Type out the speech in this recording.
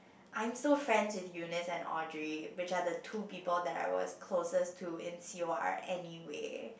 I'm so fans with Eunice and Audrey which are the two people that I was closest to in C_O_R anyway